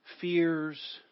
fears